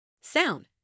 Sound